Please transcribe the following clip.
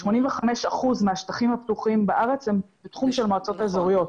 ש-85% מהשטחים הפתוחים בארץ הם בתחום של המועצות האזוריות.